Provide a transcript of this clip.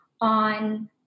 on